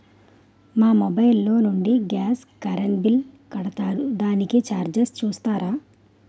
మా మొబైల్ లో నుండి గాస్, కరెన్ బిల్ కడతారు దానికి చార్జెస్ చూస్తారా?